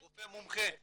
רופא מומחה לקנאביס.